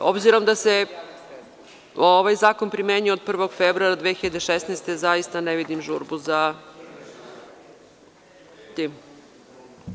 Obzirom da se ovaj zakon primenjuje od 1. februara 2016. godine, zaista ne vidim žurbu za tim.